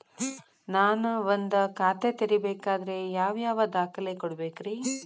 ನಾನ ಒಂದ್ ಖಾತೆ ತೆರಿಬೇಕಾದ್ರೆ ಯಾವ್ಯಾವ ದಾಖಲೆ ಕೊಡ್ಬೇಕ್ರಿ?